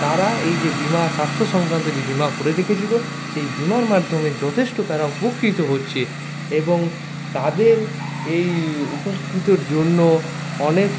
তারা এই যে বিমা স্বাস্থ্য সংক্রান্ত যে বিমা করে রেখেছিল সেই বিমার মাধ্যমে যথেষ্ট তারা উপকৃত হচ্ছে এবং তাদের এই উপকৃতর জন্য অনেক